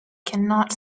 cannot